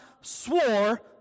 swore